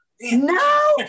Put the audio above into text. No